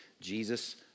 Jesus